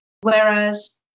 Whereas